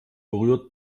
berührt